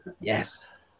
Yes